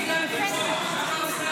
כפסע.